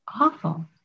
awful